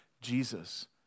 Jesus